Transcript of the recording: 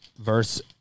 verse